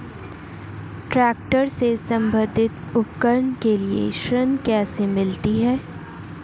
Tractor से संबंधित उपकरण के लिए ऋण कैसे मिलता है?